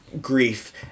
grief